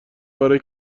برای